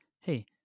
hey